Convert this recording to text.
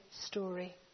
story